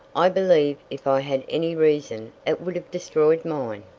i believe if i had any reason it would have destroyed mine.